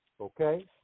okay